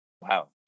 wow